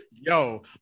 yo